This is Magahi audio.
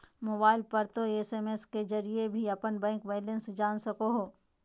मोबाइल पर तों एस.एम.एस के जरिए भी अपन बैंक बैलेंस जान सको हो